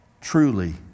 truly